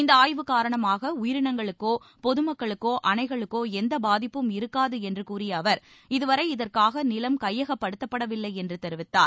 இந்த ஆய்வு காரணமாக உயிரினங்களுக்கோ பொது மக்களுக்கோ அணைகளுக்கோ எந்த பாதிப்பும் இருக்காது என்று கூறிய அவர் இதுவரை இதற்காக நிலம் கையகப்படுத்தப்படவில்லை என்று தெரிவித்தார்